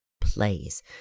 plays